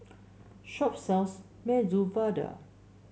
shop sells Medu Vada